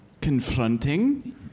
confronting